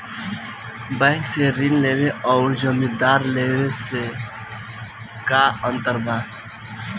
Bank से ऋण लेवे अउर जमींदार से लेवे मे का अंतर बा?